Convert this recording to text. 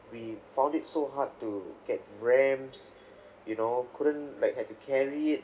we found it so hard to get ramps you know couldn't like had to carry it